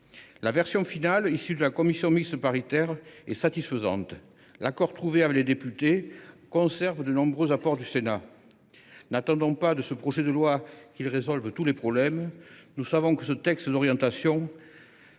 La version finale, issue de la commission mixte paritaire, est satisfaisante. L’accord trouvé avec les députés conserve de nombreux apports du Sénat. N’attendons toutefois pas du projet de loi qu’il résolve tous les problèmes. Nous savons que ce texte d’orientation